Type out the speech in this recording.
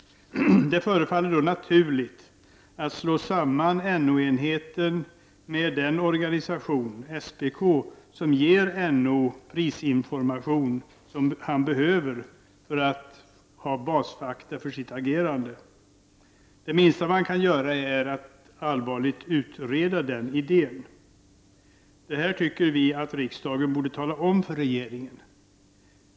Det förefaller naturligt att slå samman NO-enheten med den organisation, SPK, som ger NO den prisinformation som behövs för att NO skall ha basfakta för sitt agerande. Det minsta man kan göra är att allvarligt utreda den idén. Det här tycker vi att riksdagen skall tala om för regeringen.